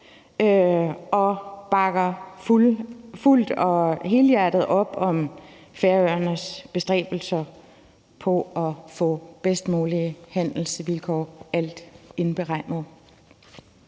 og bakker fuldt og helhjertet op om Færøernes bestræbelser på at få de bedst mulige handelsvilkår, alt indberegnet.